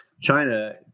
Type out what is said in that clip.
China